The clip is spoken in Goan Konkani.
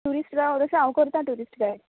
टुरिश्ट रावला तशें हांव करता टुरिश्ट गायड